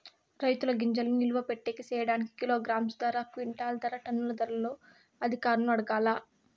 రైతుల గింజల్ని నిలువ పెట్టేకి సేయడానికి కిలోగ్రామ్ ధర, క్వింటాలు ధర, టన్నుల ధరలు అధికారులను అడగాలా?